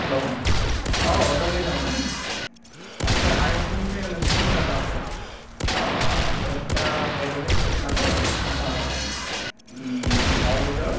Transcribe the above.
hell' अ डमेन' ना आदसा आइ हटेलनिफ्राय आंनो मोनसे अरडार लाबोलाय अ दसथा बेदरनि पेकेट लाबो माबा ओम दाउ बेदर